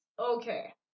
Okay